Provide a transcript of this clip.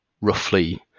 roughly